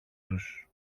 τους